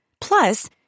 Plus